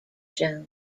shown